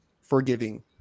Forgiving